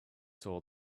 saw